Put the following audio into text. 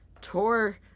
Tour